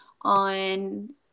on